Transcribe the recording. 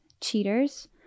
cheaters